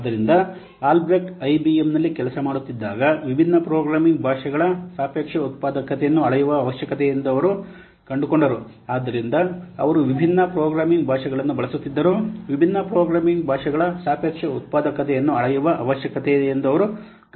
ಆದ್ದರಿಂದ ಆಲ್ಬ್ರೆಕ್ಟ್ ಐಬಿಎಂನಲ್ಲಿ ಕೆಲಸ ಮಾಡುತ್ತಿದ್ದಾಗ ವಿಭಿನ್ನ ಪ್ರೋಗ್ರಾಮಿಂಗ್ ಭಾಷೆಗಳ ಸಾಪೇಕ್ಷ ಉತ್ಪಾದಕತೆಯನ್ನು ಅಳೆಯುವ ಅವಶ್ಯಕತೆಯಿದೆ ಎಂದು ಅವರು ಕಂಡುಕೊಂಡರು ಆದ್ದರಿಂದ ಅವರು ವಿಭಿನ್ನ ಪ್ರೋಗ್ರಾಮಿಂಗ್ ಭಾಷೆಗಳನ್ನು ಬಳಸುತ್ತಿದ್ದರು ವಿಭಿನ್ನ ಪ್ರೋಗ್ರಾಮಿಂಗ್ ಭಾಷೆಗಳ ಸಾಪೇಕ್ಷ ಉತ್ಪಾದಕತೆಯನ್ನು ಅಳೆಯುವ ಅವಶ್ಯಕತೆಯಿದೆ ಎಂದು ಅವರು ಗಮನಿಸಿದರು